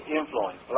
influence